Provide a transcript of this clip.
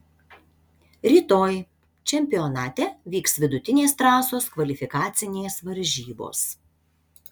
rytoj čempionate vyks vidutinės trasos kvalifikacinės varžybos